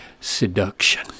seduction